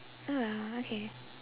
oh well okay